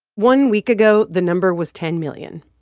one week ago, the number was ten million.